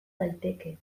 daiteke